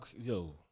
Yo